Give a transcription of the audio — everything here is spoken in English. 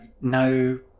No